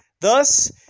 Thus